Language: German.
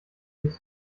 sich